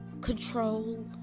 control